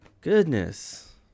Goodness